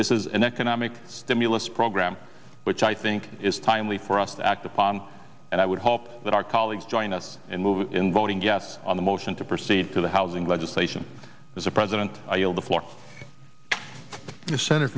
this is an economic stimulus program which i think is timely for us to act upon and i would hope that our colleagues join us in moving in voting yes on the motion to proceed to the housing legislation as a president i yield the floor in the senate